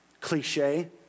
cliche